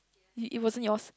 it it wasn't yours